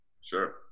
Sure